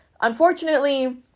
unfortunately